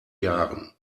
jahren